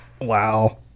Wow